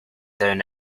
down